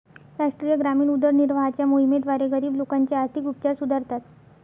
राष्ट्रीय ग्रामीण उदरनिर्वाहाच्या मोहिमेद्वारे, गरीब लोकांचे आर्थिक उपचार सुधारतात